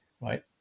right